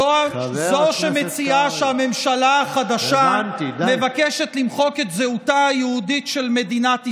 זו שמציעה שהממשלה החדשה מבקשת למחוק את זהותה היהודית של מדינת ישראל.